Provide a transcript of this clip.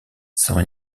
sans